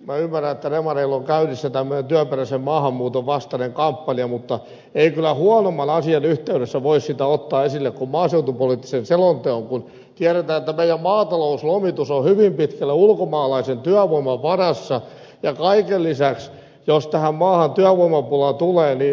minä ymmärrän että demareilla on käynnissä tämmöinen työperäisen maahanmuuton vastainen kampanja mutta ei kyllä huonomman asian yhteydessä voi sitä ottaa esille kuin maaseutupoliittisen selonteon kun tiedetään että meillä maatalouslomitus on hyvin pitkälle ulkomaalaisen työvoiman varassa ja kaiken lisäksi jos tähän maahan työvoimapula tulee niin vasemmistoliiton ed